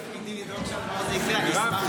אני תפקידי לדאוג שהדבר הזה ייקרה.